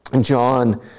John